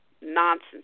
nonsense